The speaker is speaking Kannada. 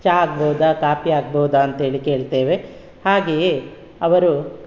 ಚಹಾ ಆಗ್ಬೋದ ಕಾಫಿ ಆಗ್ಬೋದ ಅಂಥೇಳಿ ಕೇಳ್ತೇವೆ ಹಾಗೆಯೇ ಅವರು